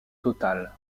total